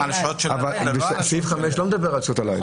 אבל סעיף 5 לא מדבר על שעות הלילה.